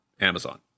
Amazon